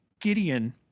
Gideon